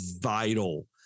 vital